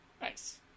Nice